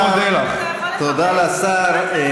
השר סיים?